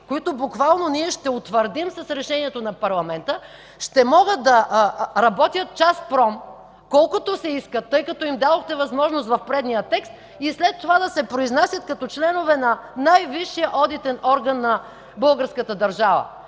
които ние буквално ще утвърдим с решението на парламента, ще могат да работят часпром, колкото си искат, тъй като в предишен текст им дадохте възможност, и след това да се произнасят като членове на най-висшия одитен орган на българската държава!